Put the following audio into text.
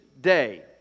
day